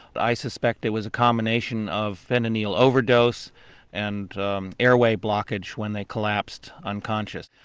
i suspect it was a combination of fentanyl overdose and airway blockage when they collapsed unconscious.